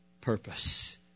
purpose